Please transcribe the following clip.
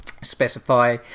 specify